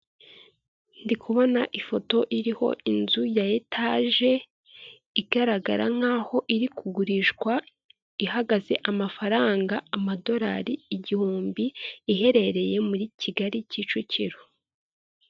Ndi kubona ifoto iriho inzu ya etage, igaragara nk'aho iri kugurishwa, ihagaze amafaranga amadorari igihumbi, iherereye muri Kigali, kicukiro